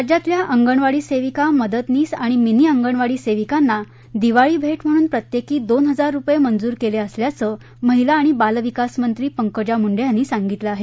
राज्यातल्या अंगणवाडी सेविका मदतनीस आणि मिनी अंगणवाडी सेविकांना दिवाळी भेट म्हणून प्रत्येकी दोन हजार रुपये मंजूर केले असल्याचं महिला आणि बाल विकास मंत्री पंकजा मुंडे यांनी सांगितलं आहे